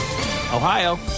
Ohio